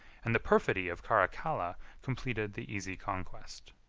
and the perfidy of caracalla completed the easy conquest.